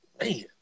man